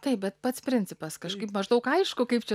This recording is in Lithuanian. taip bet pats principas kažkaip maždaug aišku kaip čia